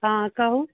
हॅं कहू